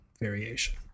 variation